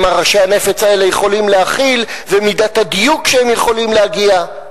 ומה ראשי הנפץ האלה יכולים להכיל ומידת הדיוק שהם יכולים להגיע אליה.